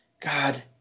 God